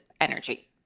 energy